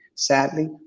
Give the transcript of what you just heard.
Sadly